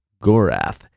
Gorath